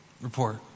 report